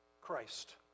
Christ